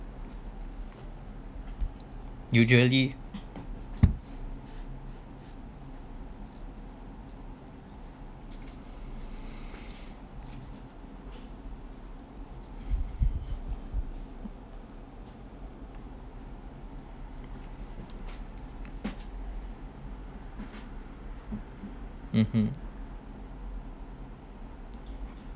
usually mmhmm